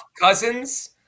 cousins